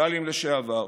רמטכ"לים לשעבר,